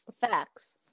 Facts